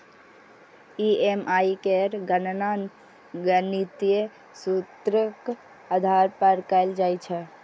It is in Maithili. ई.एम.आई केर गणना गणितीय सूत्रक आधार पर कैल जाइ छै